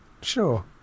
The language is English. Sure